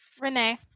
renee